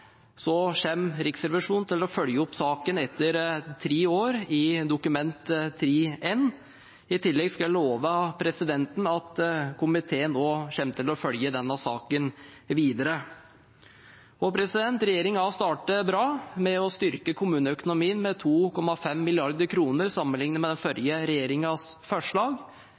Riksrevisjonen til å følge opp saken etter tre år, i Dokument 3:1. I tillegg kan jeg love presidenten at komiteen nå kommer til å følge denne saken videre. Regjeringen har startet bra med å styrke kommuneøkonomien med 2,5 mrd. kr sammenliknet med den forrige regjeringens forslag.